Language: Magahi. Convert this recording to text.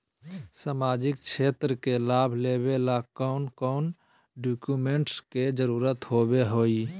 सामाजिक क्षेत्र के लाभ लेबे ला कौन कौन डाक्यूमेंट्स के जरुरत होबो होई?